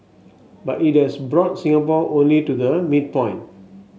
but it has brought Singapore only to the midpoint